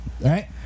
Right